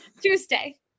Tuesday